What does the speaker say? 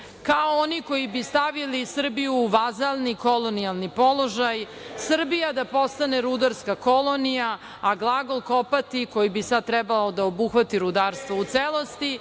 kao oni koji bi stavili Srbiju u vazalni kolonijalni položaj, Srbija da postane rudarska kolonija a glagol "kopati", koji bi sad trebao da obuhvati rudarstvo u celosti,